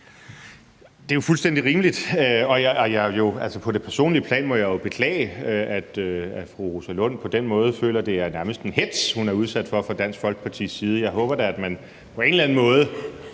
Det er fuldstændig rimeligt, og på det personlige plan må jeg jo beklage, at fru Rosa Lund på den måde føler, at det nærmest er en hetz, hun er udsat for fra Dansk Folkepartis side. Jeg håber da, at man på en eller anden måde